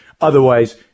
otherwise